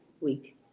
week